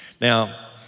Now